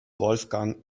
wolfgang